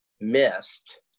missed